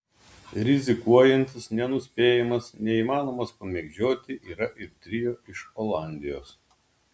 rizikuojantis nenuspėjamas neįmanomas pamėgdžioti yra ir trio iš olandijos